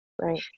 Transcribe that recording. right